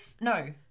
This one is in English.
No